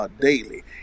daily